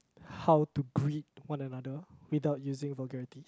how to greet one another without using vulgarity